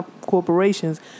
corporations